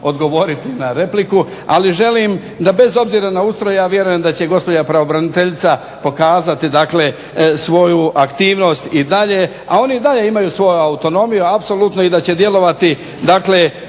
odgovoriti na repliku. Ali želim da bez obzira na ustroj, ja vjerujem da će gospođa pravobraniteljica pokazati, dakle svoju aktivnost i dalje. A oni i dalje imaju svoju autonomiju apsolutno i da će djelovati, dakle